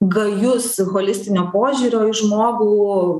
gajus holistinio požiūrio į žmogų